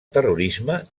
terrorisme